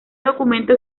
documento